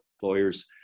employers